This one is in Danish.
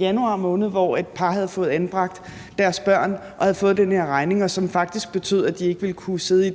januar måned, hvor et par havde fået anbragt deres børn og havde fået den her regning, som faktisk betød, at de ikke ville kunne sidde